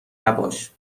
نباش